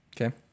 Okay